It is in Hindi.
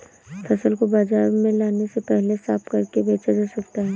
फसल को बाजार में लाने से पहले साफ करके बेचा जा सकता है?